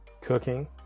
cooking